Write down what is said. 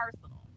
personal